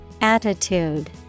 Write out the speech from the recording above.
Attitude